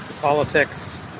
politics